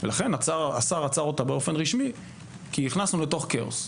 ולכן השר עצר אותה באופן רשמי כי נכנסנו לתוך כאוס.